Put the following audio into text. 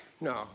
No